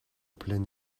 plein